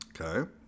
okay